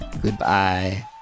Goodbye